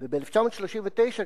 וב-1939,